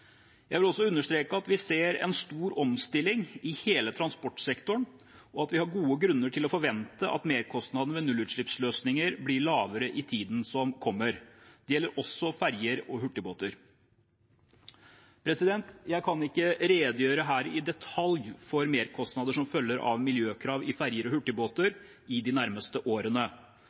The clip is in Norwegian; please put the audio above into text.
Jeg vil understreke at vi ser en stor omstilling i hele transportsektoren, og at vi har gode grunner til å forvente at merkostnadene ved nullutslippsløsninger blir lavere i tiden som kommer. Det gjelder også ferjer og hurtigbåter. Jeg kan ikke her redegjøre i detalj for merkostnader som følger av miljøkrav i ferjer og hurtigbåter i de nærmeste årene.